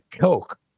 Coke